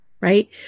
right